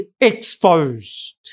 exposed